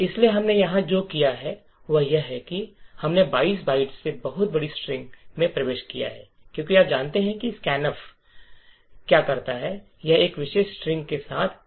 इसलिए हमने यहां जो किया है वह यह है कि हमने 22 बाइटस से बहुत बड़ी स्ट्रिंग में प्रवेश किया है क्योंकि आप जानते हैं कि स्कैनफ क्या करता है कि यह इस विशेष स्ट्रिंग के साथ बफर2 को भर देगा